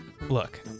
Look